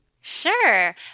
Sure